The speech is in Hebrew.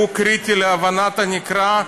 שהוא קריטי להבנת הנקרא,